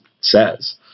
says